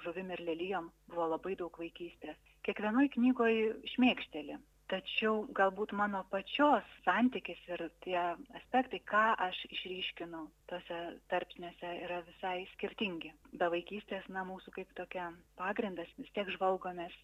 žuvim ir lelijom buvo labai daug vaikystės kiekvienoj knygoj šmėkšteli tačiau galbūt mano pačios santykis ir tie aspektai ką aš išryškinu tuose tarpsniuose yra visai skirtingi be vaikystės na mūsų kaip tokia pagrindas vis tiek žvalgomės